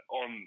on